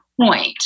point